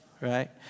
Right